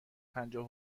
پنجاه